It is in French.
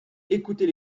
écoutez